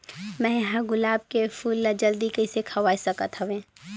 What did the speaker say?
मैं ह गुलाब के फूल ला जल्दी कइसे खवाय सकथ हवे?